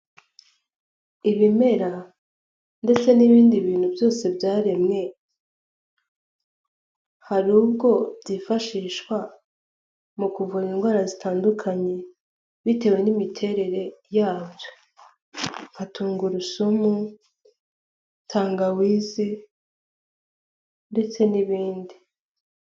Ibimera ndetse n'ibindi bintu byose byaremwe hari ubwo byifashishwa mu kuvura indwara zitandukanye bitewe n'imiterere yabyo nka tungurusumu, tangawize ndetse n'ibindi.